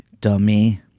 dummy